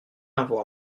avoir